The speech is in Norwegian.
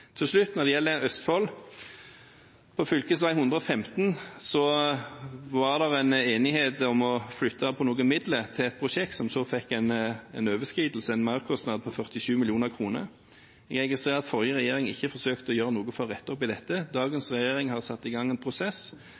Til slutt, når det gjelder Østfold: På fv. 115 var det enighet om å flytte på noen midler til et prosjekt, som så fikk en overskridelse, en merkostnad på 47 mill. kr. Jeg registrerer at den forrige regjeringen ikke forsøkte å gjøre noe for å rette opp i dette. Dagens regjering har satt i gang en prosess.